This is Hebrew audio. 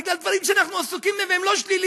בגלל דברים שאנחנו עסוקים בהם והם לא שליליים.